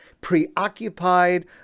preoccupied